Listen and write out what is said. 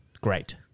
great